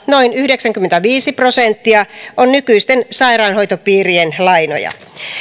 noin yhdeksänkymmentäviisi prosenttia on nykyisten sairaanhoitopiirien lainoja